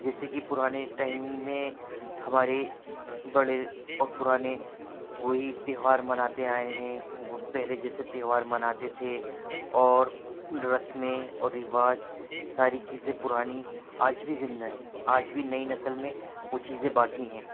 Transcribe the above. جیسے کہ پرانے ٹائم میں ہمارے بڑے اور پرانے وہی تہوار مناتے آئے ہیں پہلے جیسے تہوار مناتے تھے اور رسمیں اور رواج ساری چیزیں پرانی آج بھی زندہ ہیں آج بھی نئی نسل میں وہ چیزیں باقی ہیں